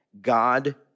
God